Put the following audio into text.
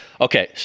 okay